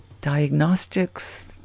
diagnostics